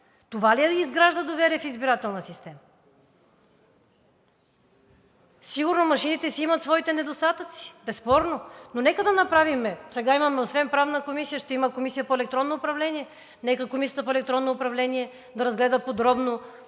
Това ли изгражда доверие в избирателната система?! Сигурно машините си имат своите недостатъци, безспорно, но нека да направим – сега освен Правна комисия, ще имаме и Комисия по електронно управление. Нека Комисията по електронно управление да разгледа подробно